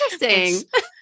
interesting